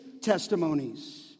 testimonies